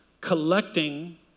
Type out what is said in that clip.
collecting